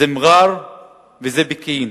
זה מע'אר וזה פקיעין.